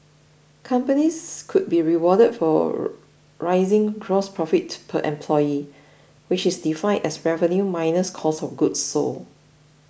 companies could be rewarded for rising gross profit per employee which is defined as revenue minus cost of goods sold